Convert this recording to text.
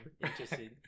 Interesting